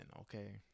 okay